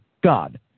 God